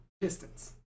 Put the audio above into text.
Pistons